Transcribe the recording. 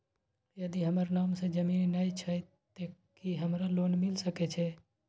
यदि हमर नाम से ज़मीन नय छै ते की हमरा लोन मिल सके छै?